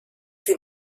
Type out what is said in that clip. sie